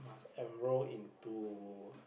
enroll into